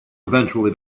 eventually